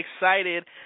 excited